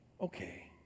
Okay